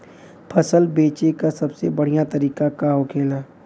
फसल बेचे का सबसे बढ़ियां तरीका का होखेला?